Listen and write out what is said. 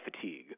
fatigue